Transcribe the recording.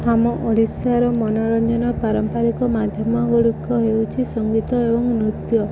ଆମ ଓଡ଼ିଶାର ମନୋରଞ୍ଜନ ପାରମ୍ପରିକ ମାଧ୍ୟମ ଗୁଡ଼ିକ ହେଉଛି ସଙ୍ଗୀତ ଏବଂ ନୃତ୍ୟ